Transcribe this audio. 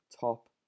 top